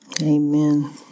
Amen